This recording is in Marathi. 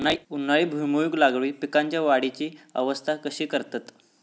उन्हाळी भुईमूग लागवडीत पीकांच्या वाढीची अवस्था कशी करतत?